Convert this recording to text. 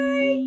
Bye